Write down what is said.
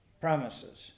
promises